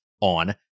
on